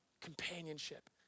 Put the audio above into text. Companionship